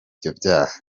byaha